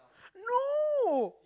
no